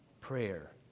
prayer